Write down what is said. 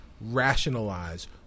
rationalize